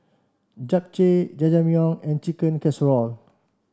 Japchae Jajangmyeon and Chicken Casserole